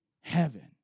heaven